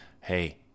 hey